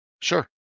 sure